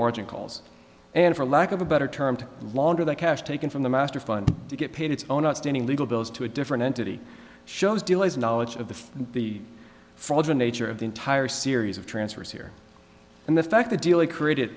urgent calls and for lack of a better term to launder the cash taken from the master fund to get paid its own outstanding legal bills to a different entity shows delays knowledge of the the frogger nature of the entire series of transfers here and the fact that dealing created